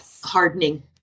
hardening